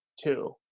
two